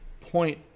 point